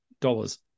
dollars